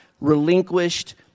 relinquished